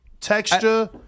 texture